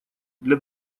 для